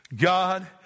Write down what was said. God